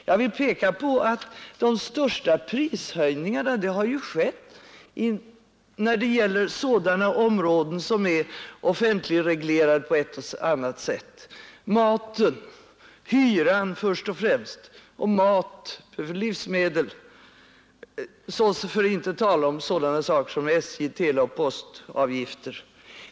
Jag vill peka på att de största prishöjningarna har skett på sådana områden som är offentligreglerade på ett eller annat sätt: hyra och livsmedel först och främst. för att inte tala om SJ-biljetter samt teleoch postavgifter.